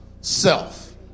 self